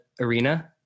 arena